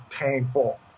painful